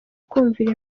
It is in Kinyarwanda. kumvira